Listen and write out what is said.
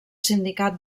sindicat